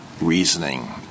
reasoning